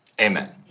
amen